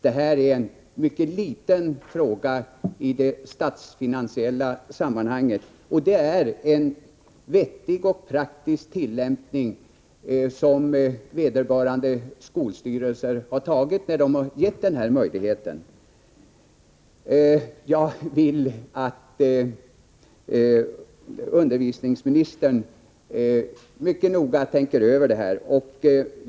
Detta är en mycket liten fråga i det statsfinansiella sammanhanget, och det är en vettig och praktisk tillämpning som vederbörande skolstyrelser har gjort, när de har gett den här möjligheten. Jag vill att utbildningsministern riktigt noga tänker över detta.